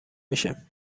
میشه